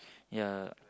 ya